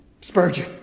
Spurgeon